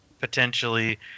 potentially